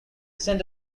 sent